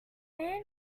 man